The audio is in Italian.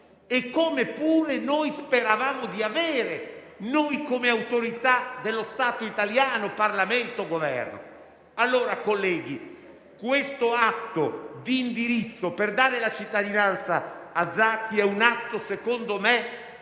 e come pure noi speravamo di avere, come autorità dello Stato italiano, Parlamento e Governo. Colleghi, questo atto di indirizzo per dare la cittadinanza a Patrick Zaki è, dunque, un atto, secondo me,